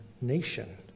nation